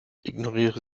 ignoriere